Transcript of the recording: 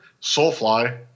soulfly